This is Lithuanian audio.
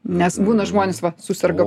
nes būna žmonės va suserga